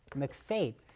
mcfate,